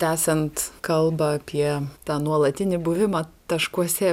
tęsiant kalbą apie tą nuolatinį buvimą taškuose